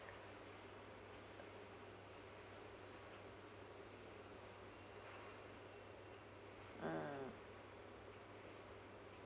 mm